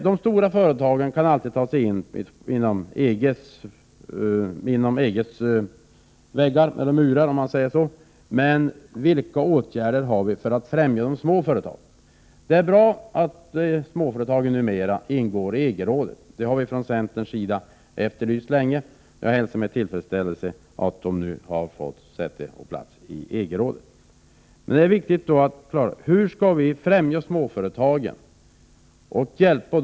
De stora företagen kan alltid ta sig in bakom EG:s murar, men vilka åtgärder har vi för att främja de små företagen? Det är bra att småföretagen numera ingår i EG-rådet. Det har vi från centern länge efterlyst, och jag hälsar med tillfredsställelse att de nu har fått säte och plats i EG-rådet. Men det är viktigt att klara ut hur vi skall främja småföretagen och kunna Prot.